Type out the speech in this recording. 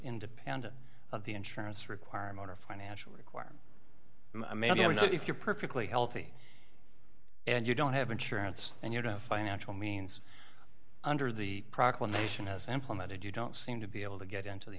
independent of the insurance requirement or financial require a man you know if you're perfectly healthy and you don't have insurance and you know financial means under the proclamation has implemented you don't seem to be able to get into the